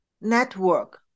network